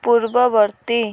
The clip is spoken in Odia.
ପୂର୍ବବର୍ତ୍ତୀ